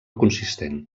consistent